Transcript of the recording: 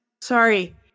Sorry